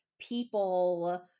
people